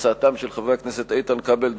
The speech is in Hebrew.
הצעתם של חברי הכנסת איתן כבל,